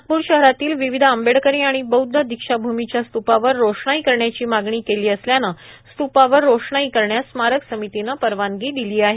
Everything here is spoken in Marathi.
नागपूर शहरातील विविध आंबेडकरी आणि बौद्ध दीक्षाभूमीच्या स्तुपावर रोषणाई करण्याची मागणी केली असल्याने स्त्पावर रोषणाई करण्यास स्मारक समितीने परवानगी दिली आहे